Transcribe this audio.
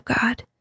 God